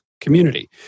community